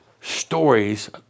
stories